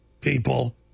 people